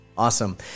Awesome